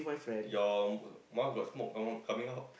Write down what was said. your mouth got smoke come out coming out